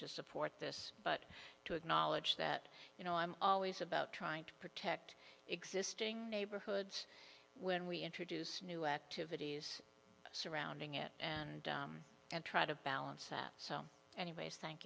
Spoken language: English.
to support this but to acknowledge that you know i'm always about trying to protect existing neighborhoods when we introduce new activities surrounding it and try to balance that so anyways thank